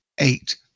eight